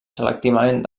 selectivament